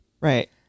Right